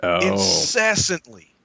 incessantly